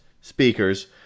speakers